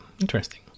Interesting